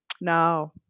no